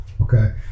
Okay